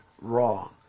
wrong